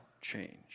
change